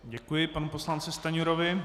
Děkuji panu poslanci Stanjurovi.